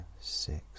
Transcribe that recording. six